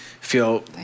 feel